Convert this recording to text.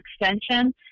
extension